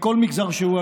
מכל מגזר שהוא,